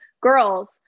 girls